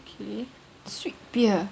kay sweet beer